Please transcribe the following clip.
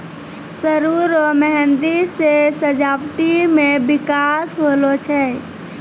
सरु रो मेंहदी से सजावटी मे बिकास होलो छै